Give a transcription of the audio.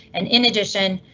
and in addition,